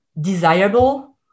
desirable